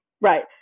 Right